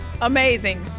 Amazing